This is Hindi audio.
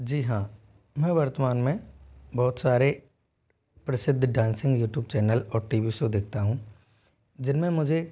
जी हाँ मैं वर्तमान में बहुत सारे प्रसिद्ध डांसिंग यूट्यूब चैनल और टी वी शो देखता हूँ जिनमें मुझे